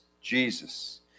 jesus